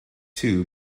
two